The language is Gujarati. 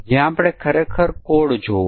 હવે ચાલો બીજું એક ઉદાહરણ જોઈએ